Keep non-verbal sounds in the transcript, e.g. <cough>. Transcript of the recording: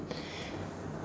<breath>